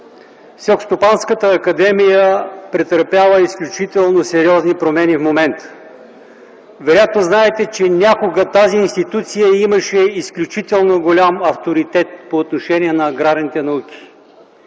Селскостопанската академия претърпява изключително сериозни промени в момента. Вероятно знаете, че някога тази институция имаше изключително голям авторитет по отношение на аграрните науки.